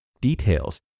details